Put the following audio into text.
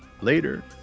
Later